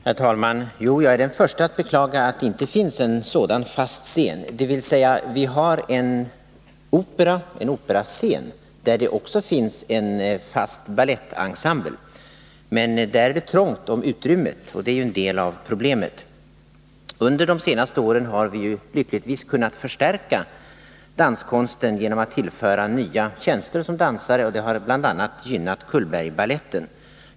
Herr talman! Jo, jag är den förste att beklaga att det inte finns en sådan fast scen. Vi har en operascen där det också finns en fast balettensemble, men där är det trångt om utrymmet, och det är ju en del av problemet. Under de senaste åren har vi lyckligtvis kunnat förstärka danskonsten genom att tillföra nya tjänster som dansare, och det har bl.a. gynnat Cullbergbaletten.